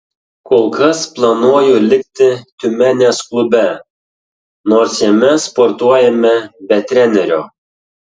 kol kas planuoju likti tiumenės klube nors jame sportuojame be trenerio